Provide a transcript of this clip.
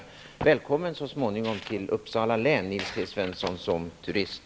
Svensson, som turist!